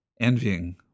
envying